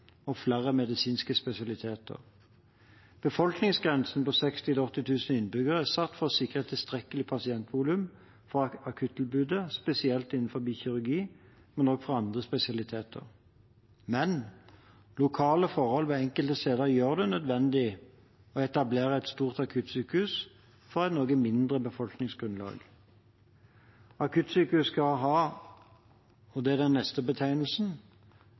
og flere medisinske spesialiteter. Befolkningsgrensen på 60 000–80 000 innbyggere er satt for å sikre et tilstrekkelig pasientvolum for akuttilbudet spesielt innenfor kirurgi, men også for andre spesialiteter. Men lokale forhold gjør det enkelte steder nødvendig å etablere et stort akuttsykehus på et noe mindre befolkningsgrunnlag. Akuttsykehus skal ha – og det er den neste betegnelsen